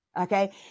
Okay